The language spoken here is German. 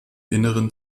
inneren